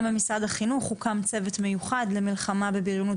גם במשרד החינוך הוקם צוות מיוחד למלחמה בבריונות